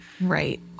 right